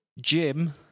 jim